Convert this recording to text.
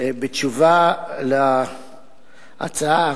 בתשובה על ההצעה